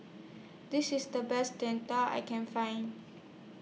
This IS The Best Jian Dui I Can Find